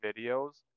videos